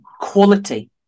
quality